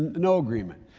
no agreement.